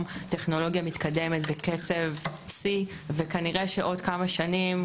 הטכנולוגיה מתקדמת בקצב שיא וכנראה שעוד כמה שנים,